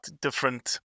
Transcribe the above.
different